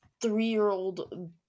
three-year-old